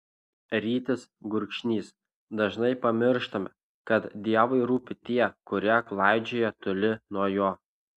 rytis gurkšnys dažnai pamirštame kad dievui rūpi tie kurie klaidžioja toli nuo jo